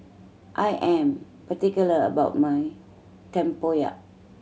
I am particular about my tempoyak